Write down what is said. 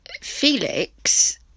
Felix